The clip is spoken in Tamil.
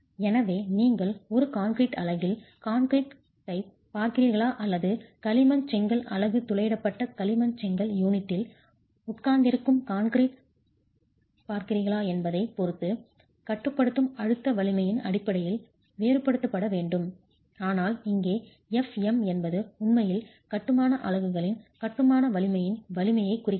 எனவே நீங்கள் ஒரு கான்கிரீட் அலகில் கான்கிரீட் க்ரூட்டைப் பார்க்கிறீர்களா அல்லது களிமண் செங்கல் அலகு துளையிடப்பட்ட களிமண் செங்கல் யூனிட்டில் உட்கார்ந்திருக்கும் கான்கிரீட் க்ரூட்டைப் பார்க்கிறீர்களா என்பதைப் பொறுத்து கட்டுப்படுத்தும் அழுத்த வலிமையின் அடிப்படையில் வேறுபடுத்தப்பட வேண்டும் ஆனால் இங்கே Fm என்பது உண்மையில் கட்டுமான அலகுகளின் கட்டுமான வலிமையின் வலிமையைக் குறிக்கிறது